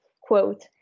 quote